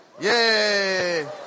Yay